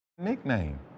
nickname